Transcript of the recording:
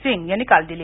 सिंग यांनी काल दिली